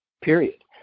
period